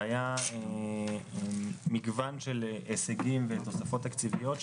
היה מגוון של הישגים ותוספות תקציביות,